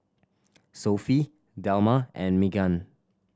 Sophie Delmar and Meaghan